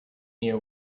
near